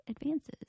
advances